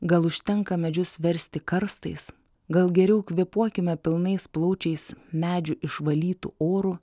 gal užtenka medžius versti karstais gal geriau kvėpuokime pilnais plaučiais medžių išvalytu oru